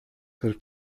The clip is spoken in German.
rückt